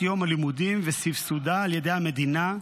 יום הלימודים וסבסודה על ידי המדינה,